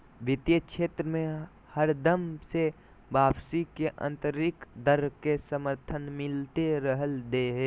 वित्तीय क्षेत्र मे हरदम से वापसी के आन्तरिक दर के समर्थन मिलते रहलय हें